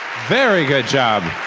very good job!